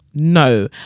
no